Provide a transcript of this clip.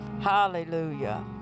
Hallelujah